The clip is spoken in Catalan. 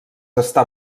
està